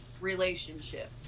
relationship